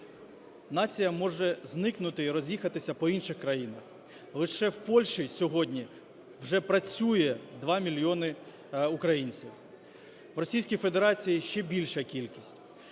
Нація зможе зникнути і роз'їхатися по інших країнах. Лише в Польщі сьогодні вже працює 2 мільйони українців, в Російській Федерації – ще більша кількість.